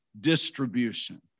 distribution